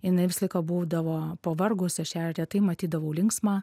jinai visą laiką būdavo pavargus aš ją retai matydavau linksmą